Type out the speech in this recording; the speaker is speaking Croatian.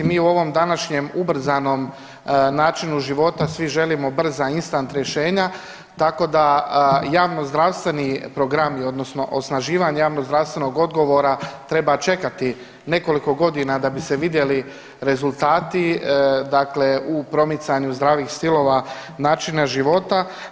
Mi u ovom današnjem ubrzanom načinu života svi želimo brza instant rješenja, tako da javnozdravstveni programi odnosno osnaživanje javnozdravstvenog odgovora treba čekati nekoliko godina da bi se vidjeli rezultati u promicanju zdravih stilova načina života.